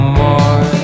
more